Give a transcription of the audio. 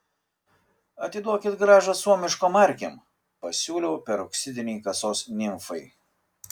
atiduokit grąžą suomiškom markėm pasiūliau peroksidinei kasos nimfai